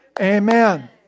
amen